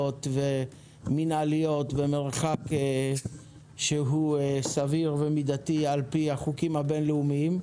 ומינהליות במרחק שהוא סביר ומידתי על פי החוקים הבין-לאומיים,